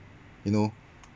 you know